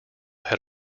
had